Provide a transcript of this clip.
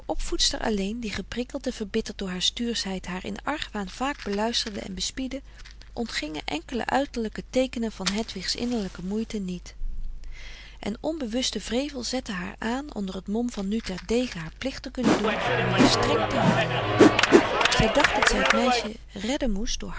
opvoedster alleen die geprikkeld en verbitterd door haar stuurschheid haar in argwaan vaak beluisterde en bespiedde ontgingen enkele uiterlijke teekenen van hedwigs innerlijke moeiten niet en onbewuste wrevel zette haar aan onder het mom van nu ter dege haar plicht te kunnen doen om hier streng te handelen zij dacht dat zij t meisje redden moest door